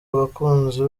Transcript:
abakunzi